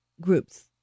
groups